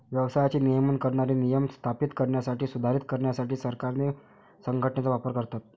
व्यवसायाचे नियमन करणारे नियम स्थापित करण्यासाठी, सुधारित करण्यासाठी सरकारे संघटनेचा वापर करतात